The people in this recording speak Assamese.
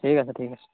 ঠিক আছে ঠিক আছে